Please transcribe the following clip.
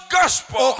gospel